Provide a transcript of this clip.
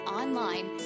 online